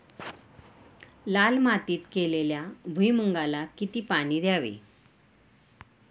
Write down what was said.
लाल मातीत केलेल्या भुईमूगाला किती पाणी द्यावे?